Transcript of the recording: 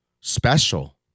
Special